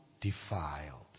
defiled